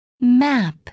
Map